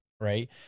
Right